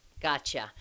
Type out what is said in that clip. Gotcha